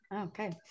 Okay